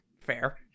Fair